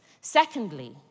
Secondly